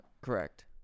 Correct